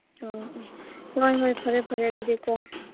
ꯑꯣ ꯍꯣꯏ ꯍꯣꯏ ꯐꯔꯦ ꯐꯔꯦ ꯑꯗꯨꯗꯤ ꯀꯣ